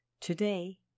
Today